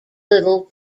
little